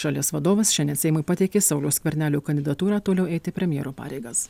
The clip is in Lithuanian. šalies vadovas šiandien seimui pateikė sauliaus skvernelio kandidatūrą toliau eiti premjero pareigas